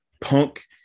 Punk